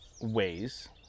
ways